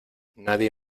nadie